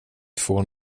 får